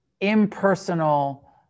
impersonal